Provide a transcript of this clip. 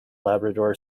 labrador